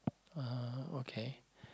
(uh huh) okay